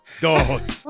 dog